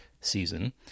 season